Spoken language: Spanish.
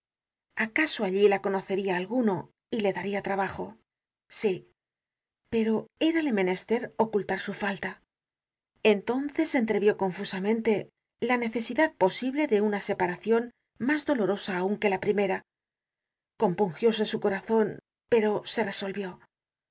acaso allí la conoceria alguno y le daria trabajo sí pero érale menester ocultar su falta entonces entrevio confusamente la necesidad posible de una separacion mas dolorosa aun que la primera compungióse su corazon pero se resolvió